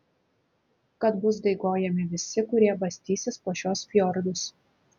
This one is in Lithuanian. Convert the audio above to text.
kad bus daigojami visi kurie bastysis po šituos fjordus